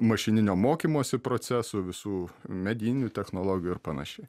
mašininio mokymosi procesų visų medijinių technologijų ir panašiai